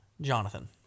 Jonathan